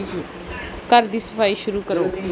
ਘਰ ਦੀ ਸਫਾਈ ਸ਼ੁਰੂ ਕਰੋ